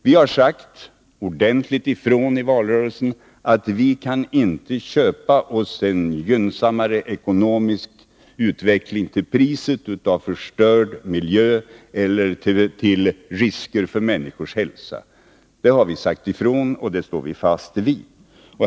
Vi sade ordentligt ifrån i valrörelsen att vi inte vill köpa oss en gynnsammare ekonomisk utveckling till priset av förstörd miljö eller risker för människors hälsa. Det står vi fast vid.